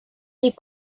des